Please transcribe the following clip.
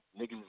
niggas